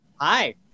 Hi